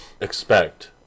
expect